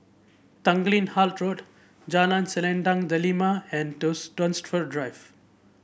Tanglin Halt Road Jalan Selendang Delima and Dunsfold Drive